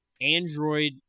android